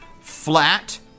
flat